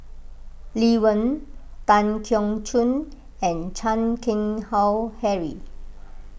Lee Wen Tan Keong Choon and Chan Keng Howe Harry